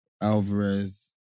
Alvarez